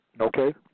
Okay